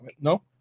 no